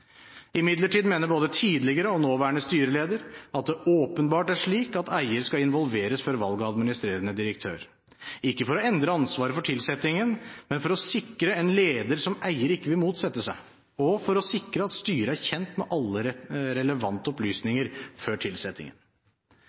Imidlertid mener både tidligere og nåværende styreleder at det åpenbart er slik at eier skal involveres før valg av administrerende direktør, ikke for å endre ansvaret for tilsettingen, men for å sikre en leder som eier ikke vil motsette seg, og for å sikre at styret er kjent med alle relevante opplysninger før tilsettingen.